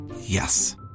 Yes